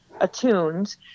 attuned